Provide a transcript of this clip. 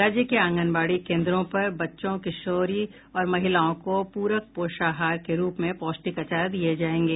राज्य के आंगनबाड़ी केन्द्रों पर बच्चों किशोरी और महिलाओं को पूरक पोषाहार के रूप में पौष्टिक आचार दिये जायेंगे